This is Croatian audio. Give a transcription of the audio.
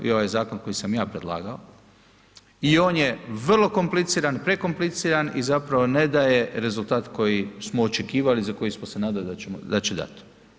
I ovaj zakon koji sam ja predlagao i on je vrlo kompliciran, prekompliciran i zapravo ne daje rezultat koji smo očekivali za koji smo se nadali da će dati.